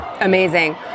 Amazing